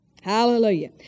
Hallelujah